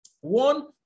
One